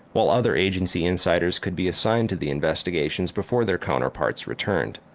while other agency insiders could be assigned to the investigations before their counterparts returned.